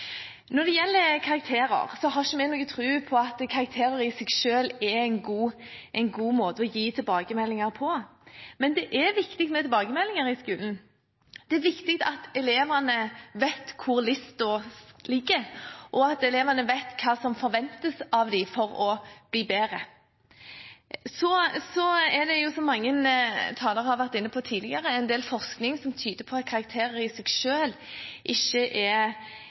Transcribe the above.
Når det gjelder karakterer, har vi ikke noen tro på at karakterer i seg selv er en god måte å gi tilbakemeldinger på. Men det er viktig med tilbakemeldinger i skolen. Det er viktig at elevene vet hvor listen ligger, og at elevene vet hva som forventes av dem for å bli bedre. Som mange talere har vært inne på tidligere, er det en del forskning som tyder på at karakterer i seg selv ikke er